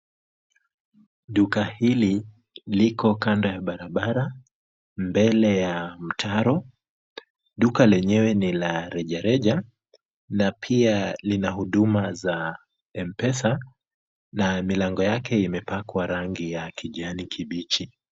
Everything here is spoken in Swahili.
Duka hili liko kando ya barabara mbele ya mtaro. Duka lenyewe ni la rejareja na pia lina huduma za M-pesa na milango yake imepakwa rangi ya kijani kibichi.